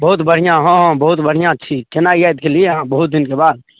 बहुत बढ़िऑं हँ हँ बहुत बढ़िऑं छी केना याद केलियै अहाँ बहुत दिनके बाद